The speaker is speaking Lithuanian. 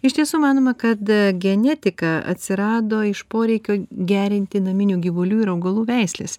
iš tiesų manoma kad genetika atsirado iš poreikio gerinti naminių gyvulių ir augalų veisles